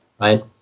right